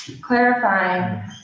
clarifying